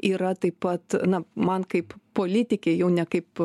yra taip pat na man kaip politikei jau ne kaip